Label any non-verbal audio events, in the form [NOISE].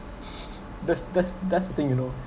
[LAUGHS] that's that's that's the thing you know